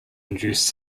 induced